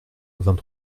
vingt